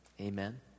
Amen